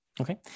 Okay